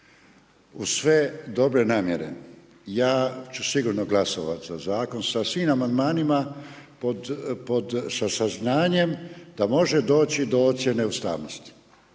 Uz se dobre namjere ja ću sigurno glasovat za zakon sa svim amandmanima pod saznanjem da može doći do ocjene ustavnosti,